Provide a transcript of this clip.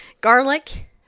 garlic